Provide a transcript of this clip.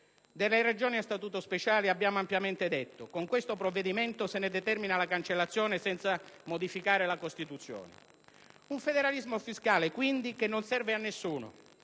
Delle Regioni a statuto speciale abbiamo ampiamente detto: con questo provvedimento se ne determina la cancellazione senza modificare la Costituzione. Un federalismo fiscale, quindi, che non serve a nessuno: